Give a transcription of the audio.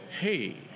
hey